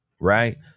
right